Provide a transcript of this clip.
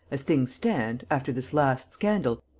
as things stand, after this last scandal,